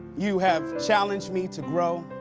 you have challenged me to grow.